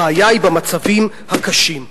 הבעיה היא במצבים הקשים.